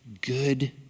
good